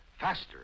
faster